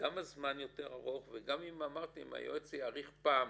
גם הזמן יותר ארוך וגם אם היועץ יאריך פעם